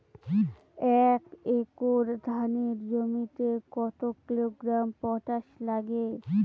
এক একর ধানের জমিতে কত কিলোগ্রাম পটাশ লাগে?